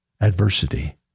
adversity